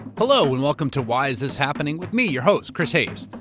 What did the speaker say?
hello, and welcome to, why is this happening? with me, your host, chris hayes.